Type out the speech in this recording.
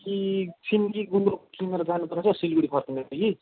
सिन्की सिन्की गुन्द्रुक किनेर जानुपर्नेछ हौ सिलगढी फर्किँदैछु कि